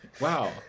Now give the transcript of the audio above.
Wow